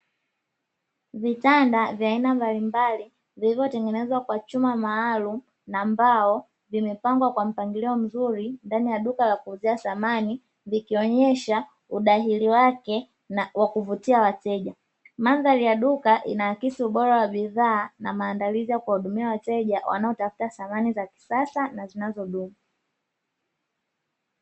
Vitanda vya aina mbalimbali vilivyotengenezwa kwa chuma maalumu na mbao, vimepangwa kwa mpangilio mzuri ndani ya duka la kuuzia samani, zikionyesha udahili wake wa kuvutia wateja. Mandhari ya duka inaakisi ubora wa bidhaa na maandalizi ya kuwahudumia wateja, wanaotafuta samani za kisasa na zinazodumu.